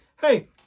hey